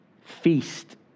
feast